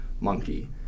monkey